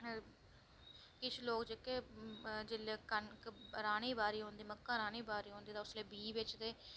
किश लोक जेह्के ओह् कनक राह्नीं बाह्नीं मक्कां राह्दें बाह्ंदे भी उस दा बी बेचदे